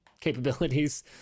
capabilities